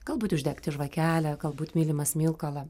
galbūt uždegti žvakelę galbūt mylimą smilkalą